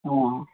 অঁ